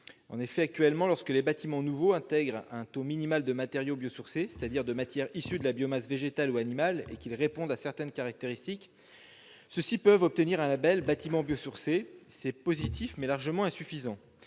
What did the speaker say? Actuellement, lorsque les bâtiments nouveaux intègrent un taux minimal de matériaux biosourcés, c'est-à-dire issus de la biomasse végétale ou animale, et qu'ils répondent à certaines caractéristiques, ces bâtiments peuvent obtenir le label « Bâtiment biosourcé »; c'est positif, mais largement insuffisant.